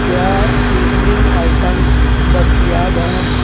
کیا seasoning items دستیاب ہیں